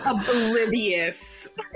oblivious